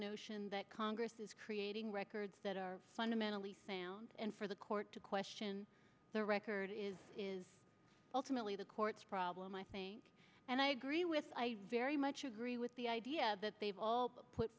notion that congress is creating records that are fundamentally sound and for the court to question the record is is ultimately the court's problem i think and i agree with i very much agree with the idea that they